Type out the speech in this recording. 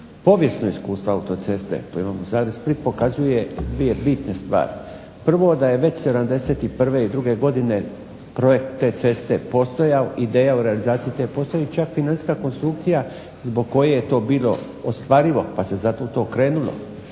povijesno iskustvo autoceste koje imamo Zagreb-Split pokazuje dvije bitne stvari. Prvo je da je već '71., druge godine projekt te ceste postojao, ideja o toj realizaciji postoji čak financijska konstrukcija zbog koje je to bilo ostvarivo pa se zato u to krenulo.